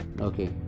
okay